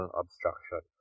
obstruction